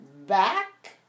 Back